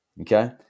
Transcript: okay